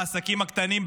בעסקים הקטנים,